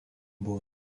buvo